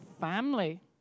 family